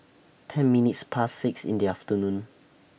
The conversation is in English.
ten minutes Past six in The afternoon